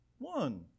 one